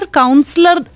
counselor